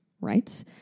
right